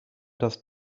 das